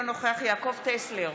אינו נוכח יעקב טסלר,